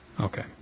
Okay